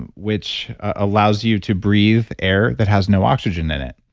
and which allows you to breathe air that has no oxygen in it.